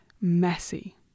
messy